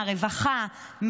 מהרווחה,